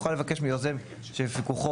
יוכל לבקש מיוזם שבפיקוחו,